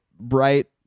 bright